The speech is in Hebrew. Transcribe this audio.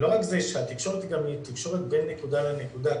לא רק זה, התקשורת היא בין נקודה לנקודה.